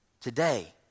Today